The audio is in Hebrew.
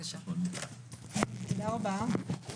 תודה רבה.